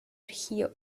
here